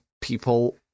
people